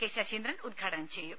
K Saseendran ഉദ്ഘാടനം ചെയ്യും